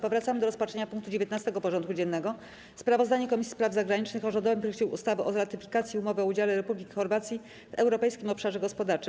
Powracamy do rozpatrzenia punktu 19. porządku dziennego: Sprawozdanie Komisji Spraw Zagranicznych o rządowym projekcie ustawy o ratyfikacji Umowy o udziale Republiki Chorwacji w Europejskim Obszarze Gospodarczym.